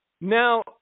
now